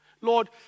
Lord